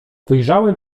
wyjrzałem